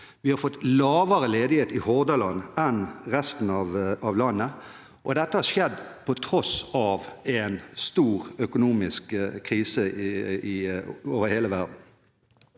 Vi har fått en lavere ledighet i Hordaland enn i resten av landet, og dette har skjedd på tross av en stor økonomisk krise over hele verden.